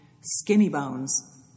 skinny-bones